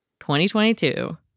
2022